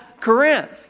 Corinth